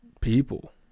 people